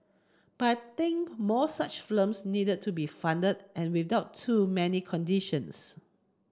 but I think more such films need to be funded and without too many conditions